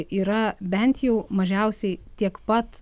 yra bent jau mažiausiai tiek pat